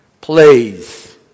Please